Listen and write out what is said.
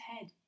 head